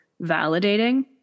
validating